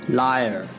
liar